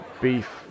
beef